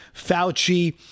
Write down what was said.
Fauci